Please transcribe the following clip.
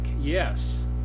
yes